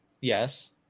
Yes